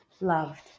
loved